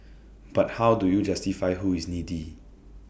but how do you justify who is needy